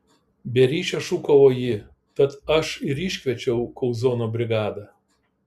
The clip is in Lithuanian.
be ryšio šūkavo ji tad aš ir iškviečiau kauzono brigadą